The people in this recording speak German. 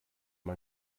man